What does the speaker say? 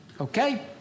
okay